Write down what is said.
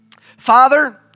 Father